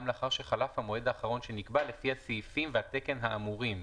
לאחר שחלף המועד האחרון שנקבע לפי הסעיפים והתקן האמורים.